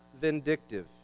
vindictive